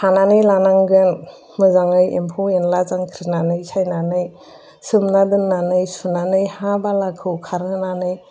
खानानै लानांगोन मोजाङै एम्फौ एनला जांख्रिनानै सायनानै सोमना दोननानै सुनानै हा बालाखौ खारहोनानै